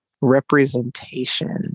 representation